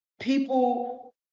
People